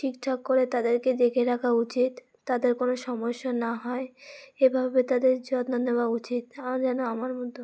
ঠিক ঠাক করে তাদেরকে দেখে রাখা উচিত তাদের কোনো সমস্যা না হয় এভাবে তাদের যত্ন নেওয়া উচিত আর যেন আমার মতো